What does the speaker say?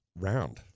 round